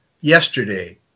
yesterday